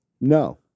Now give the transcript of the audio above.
No